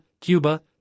Cuba